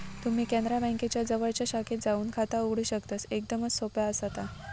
तुम्ही कॅनरा बँकेच्या जवळच्या शाखेत जाऊन खाता उघडू शकतस, एकदमच सोप्या आसा ता